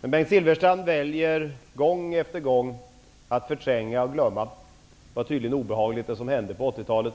Men Bengt Silfverstrand väljer gång efter gång att förtränga och glömma. Det som hände på 80-talet var tydligen obehagligt.